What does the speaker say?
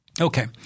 Okay